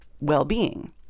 well-being